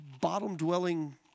bottom-dwelling